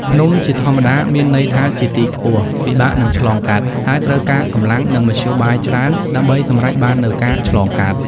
ភ្នំជាធម្មតាមានន័យថាជាទីខ្ពស់ ពិបាកនឹងឆ្លងកាត់ ហើយត្រូវការកម្លាំង និងមធ្យោបាយច្រើនដើម្បីសម្រេចបាននូវការឆ្លងកាត់។